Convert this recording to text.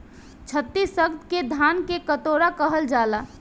छतीसगढ़ के धान के कटोरा कहल जाला